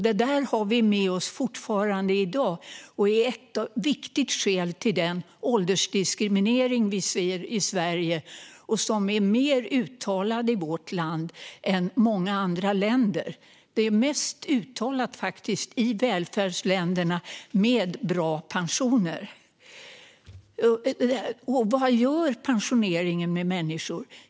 Detta har vi fortfarande med oss i dag, och det är ett viktigt skäl till den åldersdiskriminering vi ser i Sverige och som är mer uttalad i vårt land än i många andra länder. Den är faktiskt mest uttalad i välfärdsländer med bra pensioner. Vad gör då pensioneringen med människor?